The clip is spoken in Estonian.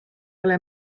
ole